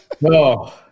No